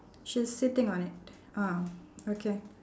she's sitting on it ah okay